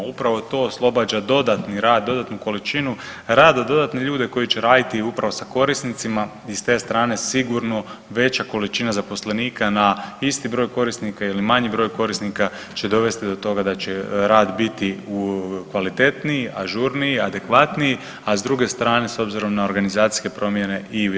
Upravo to oslobađa dodatni rad, dodatnu količinu rada, dodatne ljude koji će raditi upravo sa korisnicima i s te strane sigurno veća količina zaposlenika na isti broj korisnika ili manji broj korisnika će dovesti do toga da će rad biti kvalitetniji, ažurniji, adekvatniji, a s druge strane, s obzirom na organizacijske promjene i ujednačeniji.